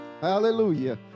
Hallelujah